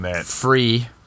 free